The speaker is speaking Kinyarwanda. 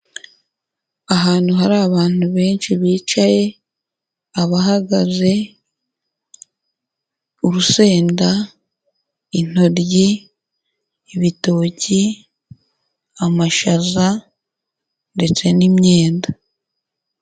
Ahantu hari abantu benshi bicaye, abahagaze, urusenda, intoryi, ibitoki, amashaza ndetse n'imyenda.